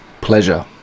pleasure